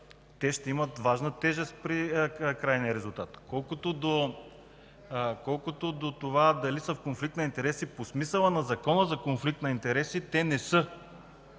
че ще имат важна тежест при крайния резултат. Колкото до това дали са в конфликт на интереси по смисъла на Закона за конфликт на интереси, те не са.